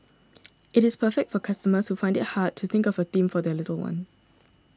it is perfect for customers who find it hard to think of a theme for their little one